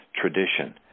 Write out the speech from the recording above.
tradition